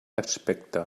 aspecte